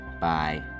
Bye